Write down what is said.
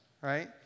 right